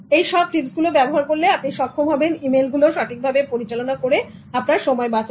এইসব টিপস গুলো ব্যবহার করলে আপনি সক্ষম হবেন ইমেইল গুলো সঠিকভাবে পরিচালনা করে আপনার সময় বাচাতে